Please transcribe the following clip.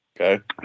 Okay